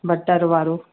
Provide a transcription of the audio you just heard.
butter वारो